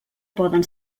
poden